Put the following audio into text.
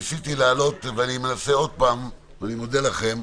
ניסיתי להעלות ואני מנסה עוד פעם, ואני מודה לכם,